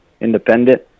independent